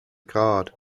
card